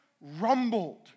rumbled